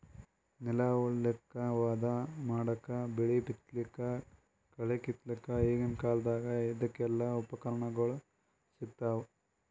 ನೆಲ ಉಳಲಕ್ಕ್ ಹದಾ ಮಾಡಕ್ಕಾ ಬೆಳಿ ಬಿತ್ತಲಕ್ಕ್ ಕಳಿ ಕಿತ್ತಲಕ್ಕ್ ಈಗಿನ್ ಕಾಲ್ದಗ್ ಇದಕೆಲ್ಲಾ ಉಪಕರಣಗೊಳ್ ಸಿಗ್ತಾವ್